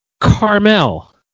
Carmel